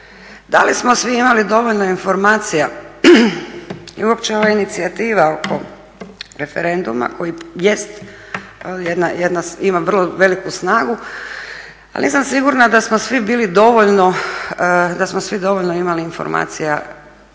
Da li smo svi imali dovoljno informacija i uopće ova inicijativa oko referendum koji jest jedna, ima vrlo veliku snagu, ali nisam sigurna da smo svi dovoljno imali informacija